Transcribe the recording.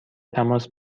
تماس